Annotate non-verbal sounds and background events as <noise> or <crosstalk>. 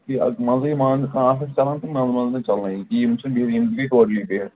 یہِ اَز مَنٛزٕے مان صاف ٲسۍ چَلان منٛزٕ منٛزٕ نہٕ چَلانٕے یِم چھِ <unintelligible> ٹوٹلِی بِہِتھ